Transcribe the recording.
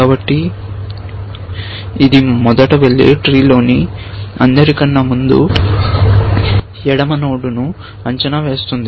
కాబట్టి ఇది మొదట వెళ్లి ట్రీ లో ని అందరికన్నా ముందు ఎడమ నోడ్ ను అంచనా వేస్తుంది